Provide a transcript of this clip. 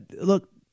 look